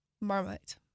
Marmite